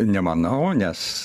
nemanau nes